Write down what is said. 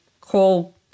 call